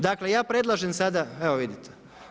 Dakle, ja predlažem sada, evo vidite.